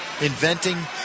inventing